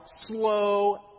slow